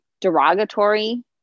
derogatory